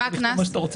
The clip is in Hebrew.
מה הקנס?